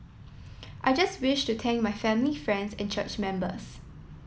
I just wish to thank my family friends and church members